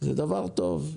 זה דבר טוב.